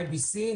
IBC,